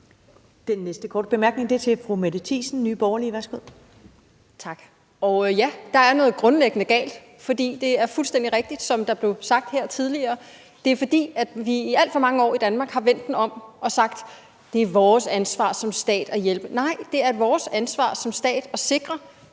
Den næste korte bemærkning er til fru Mette Thiesen, Nye Borgerlige. Værsgo. Kl. 14:13 Mette Thiesen (NB): Tak. Og ja, der er noget grundlæggende galt. For det er fuldstændig rigtigt, som der blev sagt her tidligere, at det er, fordi vi i alt for mange år i Danmark har vendt det om og sagt, at det er vores ansvar som stat at hjælpe. Nej, det er vores ansvar som stat at sikre